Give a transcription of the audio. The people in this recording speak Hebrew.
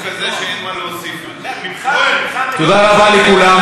תודה רבה לכולם.